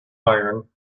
iron